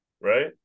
right